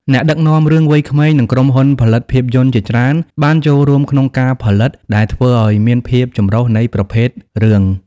អ្នកដឹកនាំរឿងវ័យក្មេង និងក្រុមហ៊ុនផលិតភាពយន្តជាច្រើនបានចូលរួមក្នុងការផលិត ដែលធ្វើឱ្យមានភាពចម្រុះនៃប្រភេទរឿង។